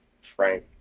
Frank